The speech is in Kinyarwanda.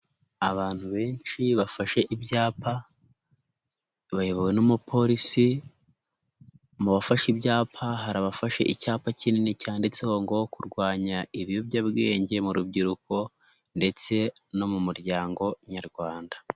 Abantu benshi bafashe ibyapa bayobowe n'umupolisi, mu bafashe ibyapa, hari abafashe icyapa kinini cyanditseho ngo kurwanya ibiyobyabwenge mu rubyiruko ndetse no mu muryango nyarwanda.